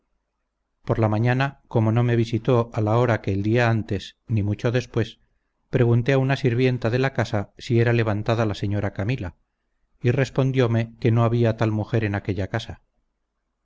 por la mañana como no me visitó a la hora que el día antes ni mucho después pregunté a una sirvienta de la casa si era levantada la señora camila y respondiome que no había tal mujer en aquella casa